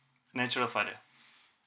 natural father